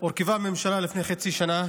לפני חצי שנה